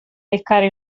leccare